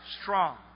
strong